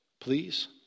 please